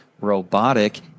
robotic